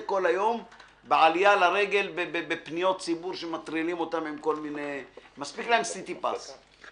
כל היום בעלייה לרגל בפניות ציבור שמטרידים אותם - מספיק להם סיטי פס.